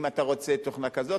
אם אתה רוצה תוכנה כזאת,